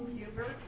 huber.